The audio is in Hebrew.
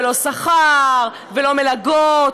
לא שכר ולא מלגות.